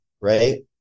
Right